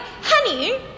honey